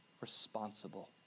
responsible